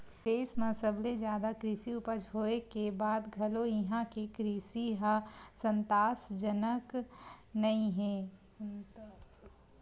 देस म सबले जादा कृषि उपज होए के बाद घलो इहां के कृषि ह संतासजनक नइ हे